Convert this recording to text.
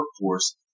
workforce